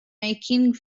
making